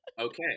okay